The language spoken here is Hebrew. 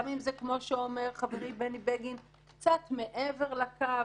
גם אם זה כמו שאומר חברי בני בגין קצת מעבר לקו,